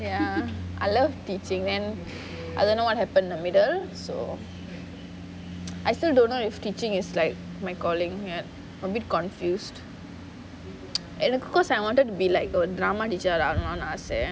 ya I love teaching and I don't know what happen in the middle so I still don't know if teaching is like my calling and a bit confused and because I wanted to be like a drama teacher lah ஆவனும்னு ஆச:aavanumnu aasa